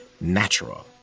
natural